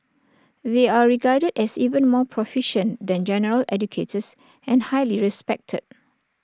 they are regarded as even more proficient than general educators and highly respected